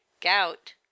gout